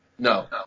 No